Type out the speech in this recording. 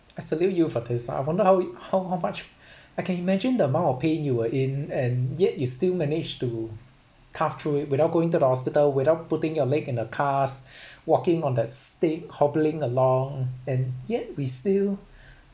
I salute you for this I wonder how yo~ how how much I can imagine the amount of pain you were in and yet you still managed to tough through it without going to the hospital without putting your leg in a cast walking on that stick hobbling along and yet we still